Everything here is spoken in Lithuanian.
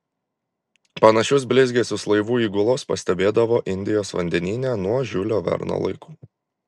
panašius blizgesius laivų įgulos pastebėdavo indijos vandenyne nuo žiulio verno laikų